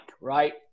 right